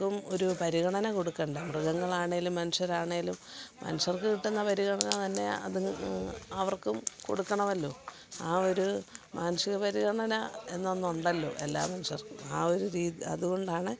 നമുക്കും ഒരു പരിഗണന കൊടുക്കണ്ടേ മൃഗങ്ങളാണേലും മനുഷ്യരാണേലും മനുഷ്യർക്ക് കിട്ടുന്ന പരിഗണന തന്നെ അതിങ്ങ് അവർക്കും കൊടുക്കണമല്ലോ ആ ഒരു മാനുഷിക പരിഗണന എന്നൊന്നുണ്ടല്ലോ എല്ലാ മനുഷ്യർക്കും ആ ഒരു അതുകൊണ്ടാണ്